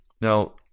Now